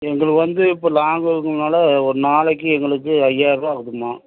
எங்களுக்கு வந்து இப்போ லாங்குன்றதால் ஒரு நாளைக்கு எங்களுக்கு ஐயாயிருபா ஆகுதும்மா